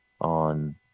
on